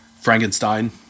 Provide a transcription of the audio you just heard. Frankenstein